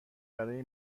برای